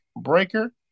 Breaker